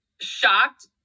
shocked